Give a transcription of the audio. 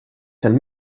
set